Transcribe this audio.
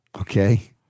Okay